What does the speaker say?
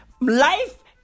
Life